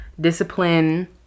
discipline